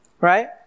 right